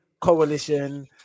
coalition